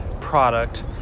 product